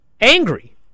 angry